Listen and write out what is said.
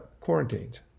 quarantines